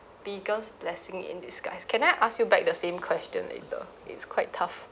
biggest blessing in disguise can I ask you back the same question later it's quite tough